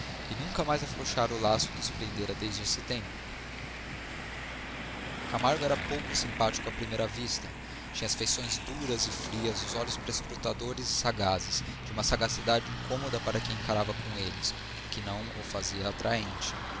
e nunca mais afrouxara o laço que os prendera desde esse tempo camargo era pouco simpático à primeira vista tinha as feições duras e frias os olhos perscrutadores e sagazes de uma sagacidade incômoda para quem encarava com eles o que o não fazia atraente